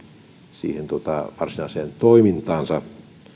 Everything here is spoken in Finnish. siihen heidän varsinaiseen toimintaansa